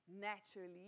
naturally